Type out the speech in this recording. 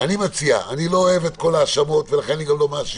אני לא אוהב את כל ההאשמות, ולכן אני גם לא מאשים.